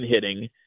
hitting